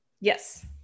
Yes